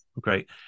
great